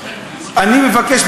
אני מבקש,